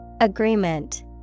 agreement